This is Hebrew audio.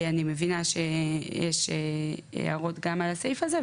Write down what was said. אני מבינה שיש הערות גם על הסעיף הזה,